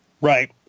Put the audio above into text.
Right